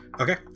Okay